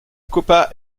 copa